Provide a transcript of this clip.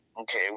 Okay